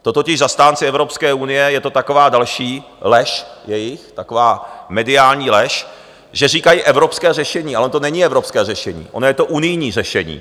To totiž zastánci Evropské unie, je to taková další lež jejich, taková mediální lež, že říkají evropské řešení, ale ono to není evropské řešení, ono je to unijní řešení.